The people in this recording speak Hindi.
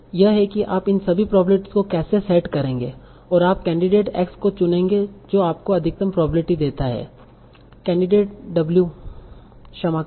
यह है कि आप इन सभी प्रोबेब्लिटीस को कैसे सेट करेंगे और आप कैंडिडेट्स X को चुनेंगे जो आपको अधिकतम प्रोबेब्लिटी देता है कैंडिडेट W क्षमा करें